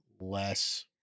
less